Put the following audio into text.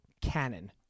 canon